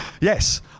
Yes